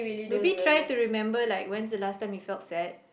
maybe try to remember like when's the last time you felt sad